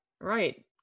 right